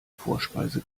vorspeise